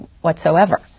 whatsoever